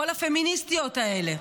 כל הפמיניסטיות האלה.